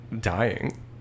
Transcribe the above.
Dying